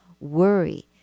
worry